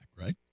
right